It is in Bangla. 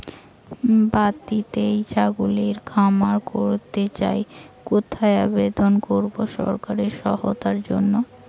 বাতিতেই ছাগলের খামার করতে চাই কোথায় আবেদন করব সরকারি সহায়তার জন্য?